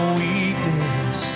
weakness